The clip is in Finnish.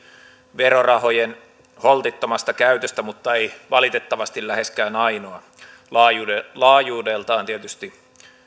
verorahojen holtittomasta käytöstä mutta ei valitettavasti läheskään ainoa laajuudeltaan laajuudeltaan tietysti